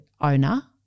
owner